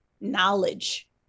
knowledge